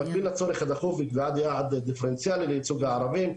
במקביל לצורך הדחוף לקביעת יעד דיפרנציאלי לייצוג הערבים,